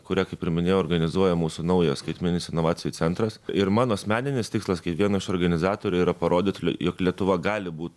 kurią kaip ir minėjau organizuoja mūsų naujas skaitmeninis inovacijų centras ir mano asmeninis tikslas kaip vieno iš organizatorių yra parodyt jog lietuva gali būt